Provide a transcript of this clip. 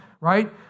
right